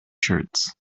shirts